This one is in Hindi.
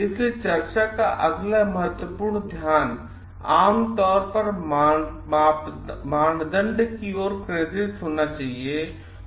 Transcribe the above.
इसलिए चर्चा का अगला महत्वपूर्ण ध्यान आम तौर पर मानदंड की ओर केंद्रित होना चाहिए